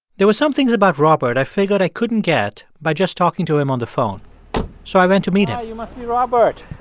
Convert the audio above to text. there were some things about robert i figured i couldn't get by just talking to him on the phone so i went to meet him hi. you must be robert